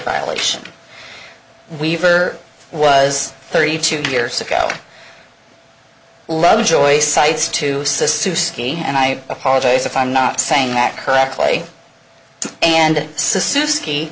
violation weaver was thirty two years ago lovejoy cites two cysts to ski and i apologize if i'm not saying that correctly and s